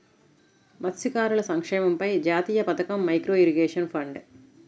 మత్స్యకారుల సంక్షేమంపై జాతీయ పథకం, మైక్రో ఇరిగేషన్ ఫండ్